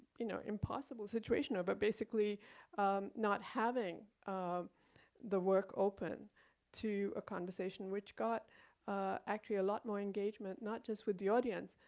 you know impossible situation or, but basically not having um the work open to a conversation, which got actually a lot more engagement, not just with the audience,